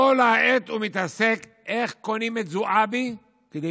כל העת הוא מתעסק איך קונים את זועבי כדי